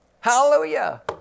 Hallelujah